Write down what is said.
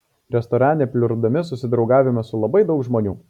restorane pliurpdami susidraugavome su labai daug žmonių